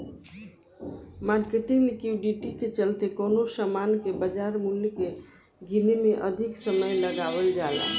marketing liquidity के चलते कवनो सामान के बाजार मूल्य के गीने में अधिक समय लगावल जाला